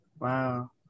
Wow